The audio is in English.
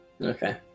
Okay